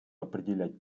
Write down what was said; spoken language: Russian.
определять